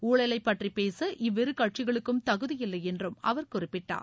ஊழலைப்பற்றிப் பேச இவ்விறு கட்சிகளுக்கும் தகுதியில்லை என்றும் அவர் குறிப்பிட்டார்